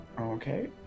Okay